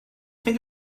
think